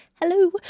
hello